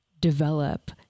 develop